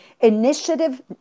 initiative